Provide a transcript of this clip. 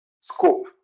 scope